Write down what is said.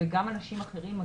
וגם אנשים אחרים.